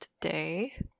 today